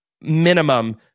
minimum